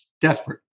desperate